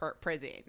prison